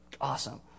awesome